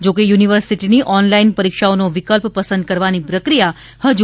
જોકે યુનિવર્સિટીની ઓનલાઈન પરીક્ષાઓનો વિકલ્પ પસંદ કરવાની પ્રક્રિયા હજુ ચાલુ છે